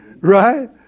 right